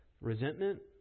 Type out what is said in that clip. Resentment